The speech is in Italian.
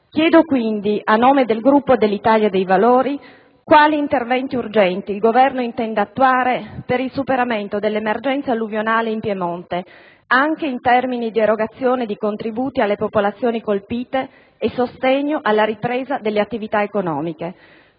Chiedo quindi, a nome del Gruppo dell'Italia dei Valori, quali interventi urgenti il Governo intenda attuare per il superamento dell'emergenza alluvionale in Piemonte, anche in termini di erogazione di contributi alle popolazioni colpite e di sostegno alla ripresa delle attività economiche;